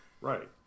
Right